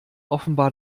offenbar